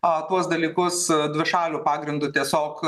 a tuos dalykus dvišaliu pagrindu tiesiog